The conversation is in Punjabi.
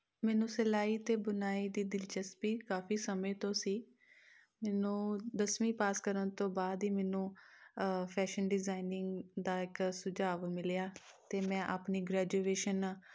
ਮੈਨੂੰ ਸਿਲਾਈ ਅਤੇ ਬੁਣਾਈ ਦੀ ਦਿਲਚਸਪੀ ਕਾਫੀ ਸਮੇਂ ਤੋਂ ਸੀ ਮੈਨੂੰ ਦਸਵੀਂ ਪਾਸ ਕਰਨ ਤੋਂ ਬਾਅਦ ਹੀ ਮੈਨੂੰ ਫੈਸ਼ਨ ਡਿਜ਼ਾਇਨਿੰਗ ਦਾ ਇੱਕ ਸੁਝਾਵ ਮਿਲਿਆ ਅਤੇ ਮੈਂ ਆਪਣੀ ਗ੍ਰੈਜੂਏਸ਼ਨ